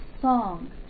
song